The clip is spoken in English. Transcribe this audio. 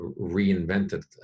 reinvented